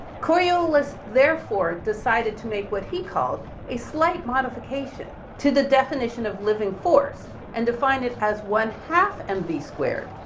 coriolis therefore decided to make what he called a slight modification to the definition of living force and defined it as one half and mv squared,